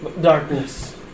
Darkness